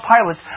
pilots